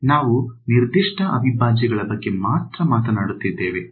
ನಾವು ನಿರ್ದಿಷ್ಟ ಅವಿಭಾಜ್ಯಗಳ ಬಗ್ಗೆ ಮಾತ್ರ ಮಾತನಾಡುತ್ತಿದ್ದೇವೆ